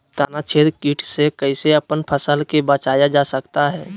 तनाछेदक किट से कैसे अपन फसल के बचाया जा सकता हैं?